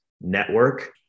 network